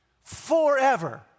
forever